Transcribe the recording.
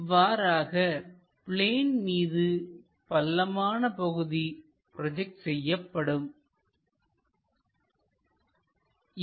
இவ்வாறாக பிளேன் மீது பள்ளமான பகுதி ப்ரோஜெக்ட் செய்யப்படும்